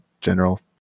general